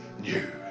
new